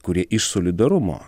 kurie iš solidarumo